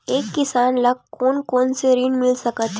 एक किसान ल कोन कोन से ऋण मिल सकथे?